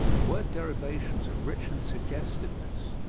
word derivations are rich in suggestiveness.